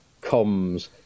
comms